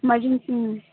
ꯃꯔꯤꯡꯁꯤꯡ